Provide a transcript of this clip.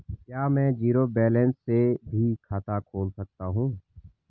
क्या में zero balance से भी खाता खोल सकता हूँ?